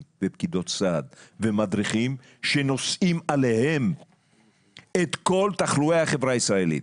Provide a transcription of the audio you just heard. ופקידות סעד ומדריכים שנושאים עליהם את כל תחלואי החברה הישראלית.